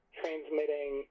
transmitting